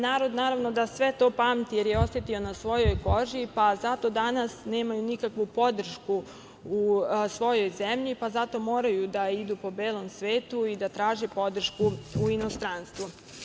Narod naravno da sve to pamti, jer je osetio na svojoj koži, pa zato danas nemaju nikakvu podršku u svojoj zemlji, pa zato moraju da idu po belom svetu i da traže podršku u inostranstvu.